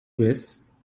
wes